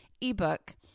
ebook